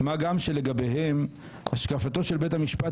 מה גם שלגביהם השקפתו של בית המשפט